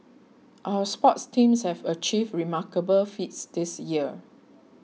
our sports teams have achieved remarkable feats this year